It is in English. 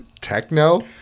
Techno